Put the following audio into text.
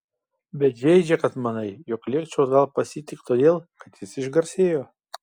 bet žeidžia kad manai jog lėkčiau atgal pas jį tik todėl kad jis išgarsėjo